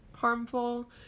harmful